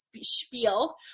spiel